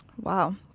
Wow